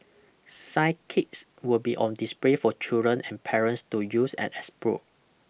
science kits will be on display for children and parents to use and explore